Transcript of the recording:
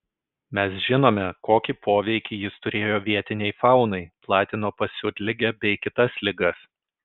mes žinome kokį poveikį jis turėjo vietinei faunai platino pasiutligę bei kitas ligas